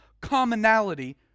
commonality